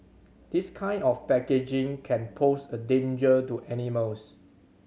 this kind of packaging can pose a danger to animals